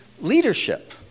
leadership